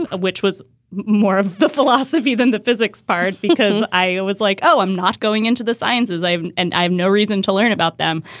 ah which was more of the philosophy than the physics part, because i was like, oh, i'm not going into the sciences, i and i have no reason to learn about them.